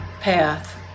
path